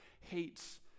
hates